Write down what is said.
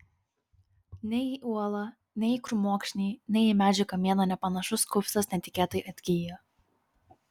nei į uolą nei į krūmokšnį nei į medžio kamieną nepanašus kupstas netikėtai atgijo